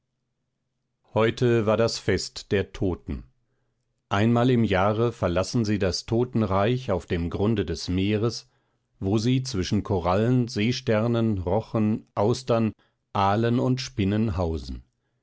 heute war das fest der toten einmal im jahre verlassen sie das totenreich auf dem grund des meeres wo sie zwischen korallen seesternen rochen austern aalen und spinnen hausen